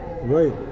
right